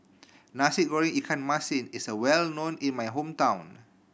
Nasi Goreng ikan masin is well known in my hometown